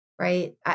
right